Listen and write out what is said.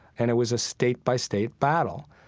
and it was a state-by-state battle.